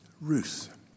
Ruth